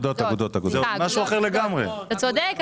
אתה צודק.